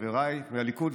חבריי מהליכוד,